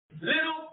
Little